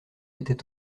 était